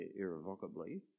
irrevocably